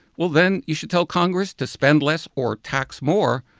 well then you should tell congress to spend less or tax more.